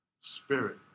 spirit